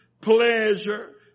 pleasure